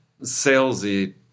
salesy